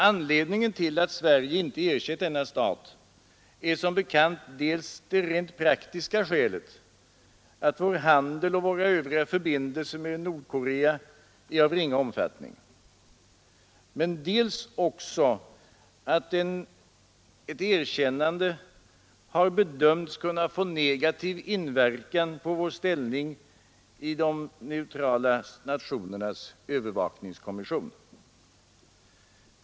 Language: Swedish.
Anledningen till att Sverige inte erkänt denna stat är som bekant dels det rent praktiska skälet att vår handel och våra övriga förbindelser med Nordkorea är av ringa omfattning, men dels också att ett erkännande har bedömts kunna få negativ inverkan på vår ställning i de neutrala nationernas övervakningskommission.